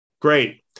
Great